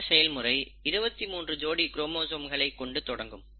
இந்த செயல்முறை 23 ஜோடி குரோமோசோம்களைக் கொண்டு தொடங்கும்